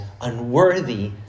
unworthy